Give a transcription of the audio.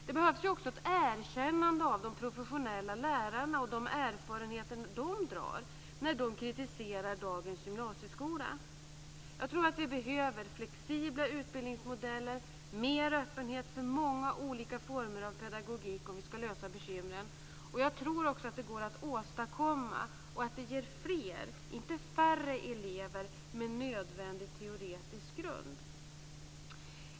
Det behövs också ett erkännande av de professionella lärarna och de erfarenheter som de har när de kritiserar dagens gymnasieskola. Jag tror att vi behöver flexibla utbildningsmodeller och större öppenhet för många olika former av pedagogik om vi ska komma till rätta med bekymren. Jag tror också att detta går att åstadkomma och att det ger fler - inte färre - elever med nödvändig teoretisk grund.